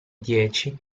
dieci